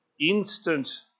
instant